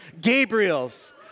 Gabriel's